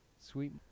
sweet